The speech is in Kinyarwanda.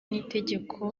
n’itegeko